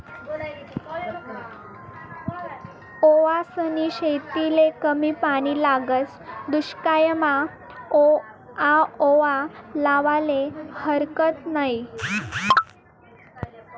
ओवासनी शेतीले कमी पानी लागस, दुश्कायमा आओवा लावाले हारकत नयी